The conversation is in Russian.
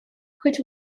хоть